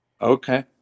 Okay